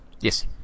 Yes